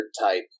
type